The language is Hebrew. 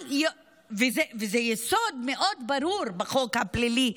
וזה יסוד מאוד ברור בחוק הפלילי,